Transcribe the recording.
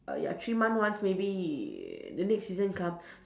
err ya three month once maybe then next season come